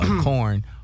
Corn